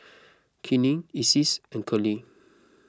Keenen Isis and Curley